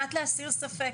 מנת להסיר ספק,